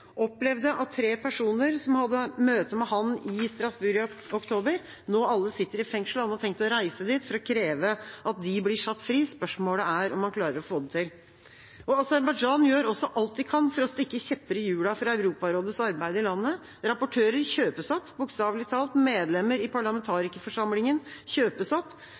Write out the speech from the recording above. opplevde at tre personer som han hadde møte med i Strasbourg i oktober, nå alle sitter i fengsel. Han har tenkt å reise dit for å kreve at de blir satt fri. Spørsmålet er om han klarer å få det til. Aserbajdsjan gjør også alt de kan for å stikke kjepper i hjulene for Europarådets arbeid i landet. Rapportører kjøpes opp, bokstavelig talt, medlemmer i parlamentarikerforsamlinga kjøpes opp,